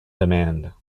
demand